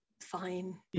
fine